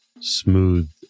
smooth